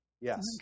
Yes